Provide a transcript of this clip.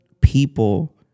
people